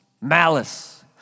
malice